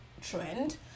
trend